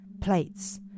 plates